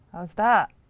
how's that?